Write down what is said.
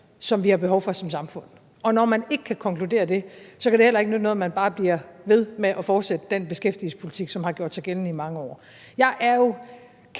som vi har behov for som samfund, og når man ikke kan konkludere det, kan det heller ikke nytte noget, at man bare bliver ved med at fortsætte den beskæftigelsespolitik, som har gjort sig gældende i mange år. Jeg er jo